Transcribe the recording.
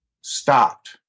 stopped